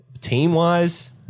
team-wise